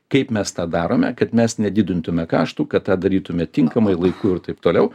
kaip mes tą darome kad mes nedidintume kaštų kad darytume tinkamai laiku ir taip toliau